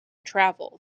travel